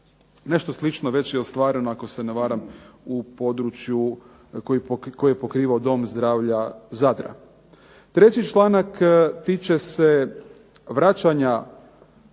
Nešto slično već je ostvareno ako se ne varam u području koji je pokrivao dom zdravlja Zadra. Treći članak tiče se vraćanja